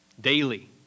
daily